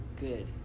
good